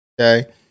Okay